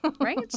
Right